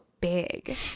big